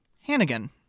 Hannigan